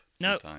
No